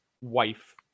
wife